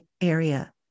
area